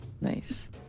Nice